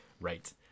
Right